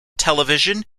television